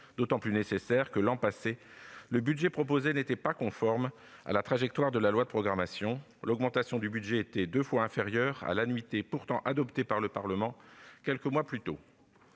d'autant plus nécessaire que, l'an passé, le budget proposé n'était pas conforme à la trajectoire de la loi de programmation : l'augmentation était deux fois inférieure à l'annuité adoptée par le Parlement, pourtant quelques mois plus tôt